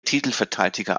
titelverteidiger